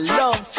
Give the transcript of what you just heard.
love